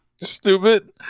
Stupid